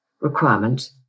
requirement